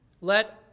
Let